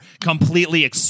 completely